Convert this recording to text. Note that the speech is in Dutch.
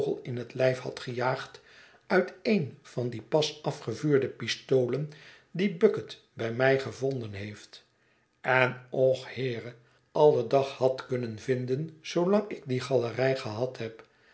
in het lijf had gejaagd uit een van die pas afgevuurde pistolen die bucket bij mij gevonden heeft en och heere alle dag had kunnen vinden zoolang ik die galerij gehad heb